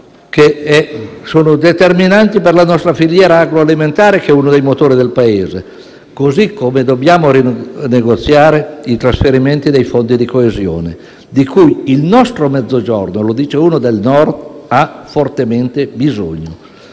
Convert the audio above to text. che sono determinanti per la nostra filiera agroalimentare, che è uno dei motori del Paese. Così come dobbiamo negoziare i trasferimenti dei fondi di coesione, di cui il nostro Mezzogiorno - lo dice uno del Nord - ha fortemente bisogno.